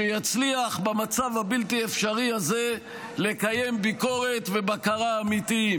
שיצליח במצב הבלתי-אפשרי הזה לקיים ביקורת ובקרה אמיתיים,